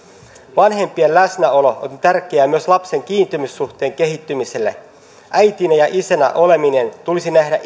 vanhempien läsnäolo on tärkeää myös lapsen kiintymyssuhteen kehittymisessä äitinä ja isänä oleminen tulisi nähdä